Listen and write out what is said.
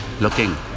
looking